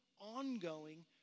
Ongoing